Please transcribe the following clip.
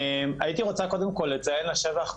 הייתי רוצה קודם כל לציין לשבח באמת,